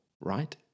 right